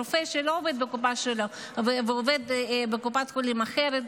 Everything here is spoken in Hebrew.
רופא שלא עובד בקופה שלו ועובד בקופת חולים אחרת,